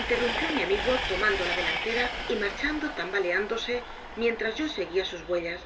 interrumpió mi amigo tomando la delantera y marchando tambaleándose mientras yo seguía sus huellas